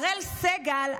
אראל סג"ל,